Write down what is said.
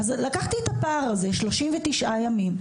לקחתי את הפער הזה - 39 ימים,